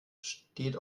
steht